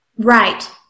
Right